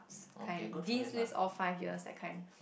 king deans list all five years that kind